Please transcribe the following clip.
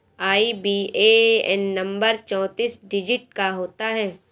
IBAN number चौतीस digit का होता है